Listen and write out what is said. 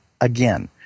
again